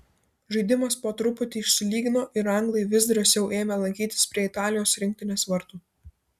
žaidimas po truputį išsilygino ir anglai vis drąsiau ėmė lankytis prie italijos rinktinės vartų